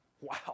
Wow